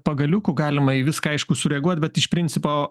pagaliukų galima į viską aišku sureaguot bet iš principo